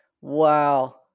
Wow